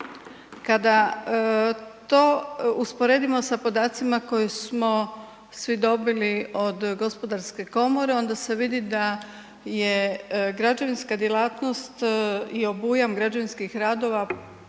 Kada to usporedimo sa podacima koje smo svi dobili od Gospodarske komore onda se vidi da je građevinska djelatnost i obujam građevinskih radova